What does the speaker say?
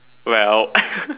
well